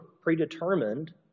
predetermined